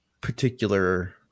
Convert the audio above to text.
particular